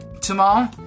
Tomorrow